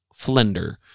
Flender